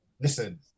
Listen